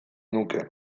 nuke